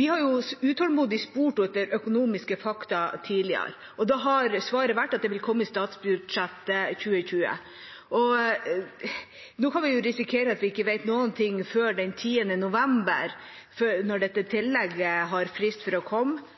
De har jo utålmodig spurt etter økonomiske fakta tidligere, og da har svaret vært at det vil komme i statsbudsjettet for 2020. Nå kan de jo risikere at de ikke vet noen ting før den 10. november, når dette tillegget har frist for å komme